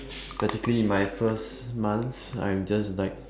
practically my first month I'm just like